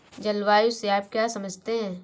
जलवायु से आप क्या समझते हैं?